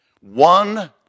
one